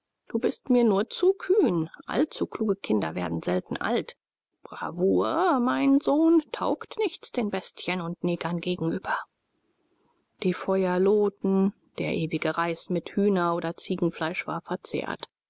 du bist mir nur zu kühn allzu kluge kinder werden selten alt bravour mein sohn taugt nichts den bestien und negern gegenüber die feuer lohten der ewige reis mit hühner oder ziegenfleisch war verzehrt